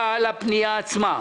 הרוויזיה על פנייה מס'